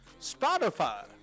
Spotify